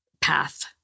path